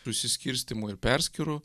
susiskirstymų ir perskyrų